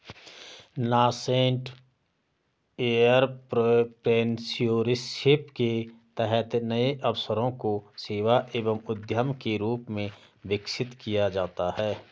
nascent entrepreneurship के तहत नए अवसरों को सेवा एवं उद्यम के रूप में विकसित किया जाता है